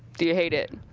do you hate it?